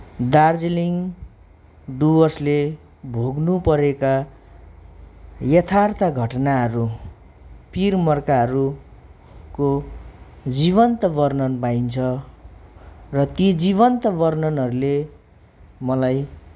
दार्जिलिङ डुवर्सले भोग्नुपरेका यथार्थ घटनाहरू पीर मर्काहरूको जीवन्त वर्णन पाइन्छ र ती जीवन्त वर्णनहरूले मलाई